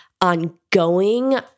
ongoing